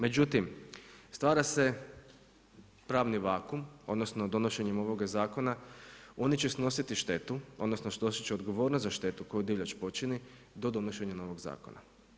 Međutim, stvara se pravni vakumm, odnosno donošenjem ovoga zakona oni će snositi štetu, odnosno snositi će odgovornost za štetu koju divljač počini do donošenja novog zakona.